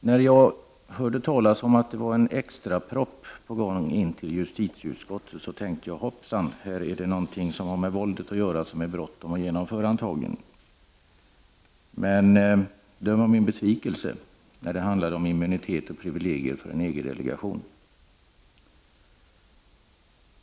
Herr talman! När jag hörde talas om att en extra proposition var på väg till justitieutskottet, tänkte jag: Hoppsan, här är det någonting som har med våldet att göra och som man antagligen har bråttom att genomföra. Men döm om min besvikelse när det visade sig handla om immunitet och privilegier för en EG-delegation.